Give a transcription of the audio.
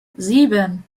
sieben